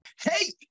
Hey